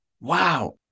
Wow